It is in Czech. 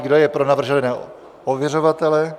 Kdo je pro navržené ověřovatele?